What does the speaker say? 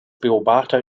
beobachter